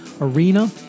arena